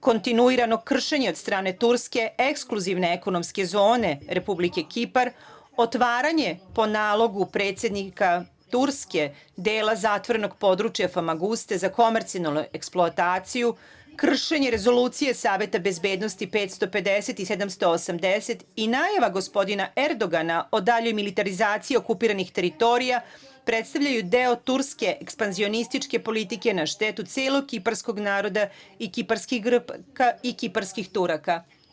Kontinuirano kršenje i od strane Turske ekskluzivne ekonomske zone Republike Kipar otvaranje po nalogu predsednika Turske dela zatvorenog područja Famaguste za komercijalnu eksploataciju, kršenje Rezolucije Saveta bezbednosti 550 i 780 i najava gospodina Erdogana o daljoj militarizaciji okupiranih teritorija predstavljaju deo turske ekspanzionističke politike na štetu celog kiparskog naroda i kiparskih Grka i kiparskih Turaka.